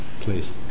Please